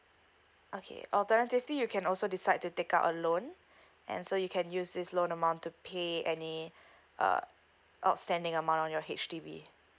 okay uh the rental fee you can also decide to take up a loan and so you can use this loan amount to pay any uh outstanding amount on your H_D_B